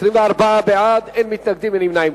24 בעד, אין מתנגדים, אין נמנעים.